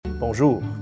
Bonjour